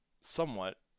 somewhat